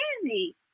crazy